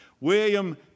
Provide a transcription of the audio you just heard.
William